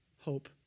hope